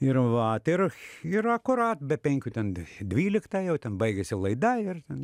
ir vat ir ir akurat be penkių ten dv dvyliktą jau ten baigėsi laida ir ten